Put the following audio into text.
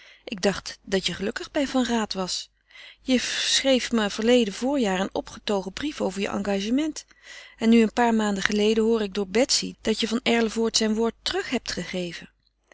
ik dacht dat je gelukkig bij van raat was je schreef me verleden voorjaar een opgetogen brief over je engagement en nu een paar maanden geleden hoor ik door betsy dat je van erlevoort zijn woord terug hebt gegeven